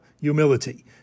humility